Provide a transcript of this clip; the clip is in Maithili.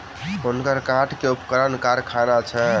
हुनकर काठ के उपकरणक कारखाना छैन